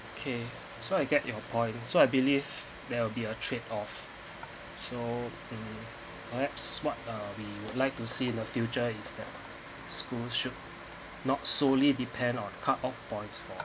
okay so I get your point so I believe there will be a trade of so um perhaps what uh we would like to see the future is that schools should not solely depend on cut off points for